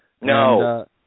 No